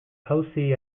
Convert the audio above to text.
jauzi